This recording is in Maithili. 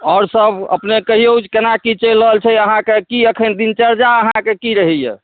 आओर सभ अपने कहियौ केना की चलि रहल छै अहाँके की एखन दिनचर्या अहाँके की रहैए